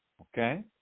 okay